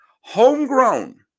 homegrown